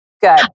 good